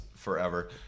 Forever